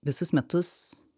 visus metus